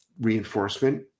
reinforcement